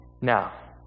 Now